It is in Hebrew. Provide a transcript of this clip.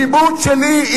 קיבוץ שלי,